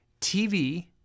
TV